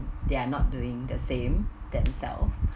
they are not doing the same themselves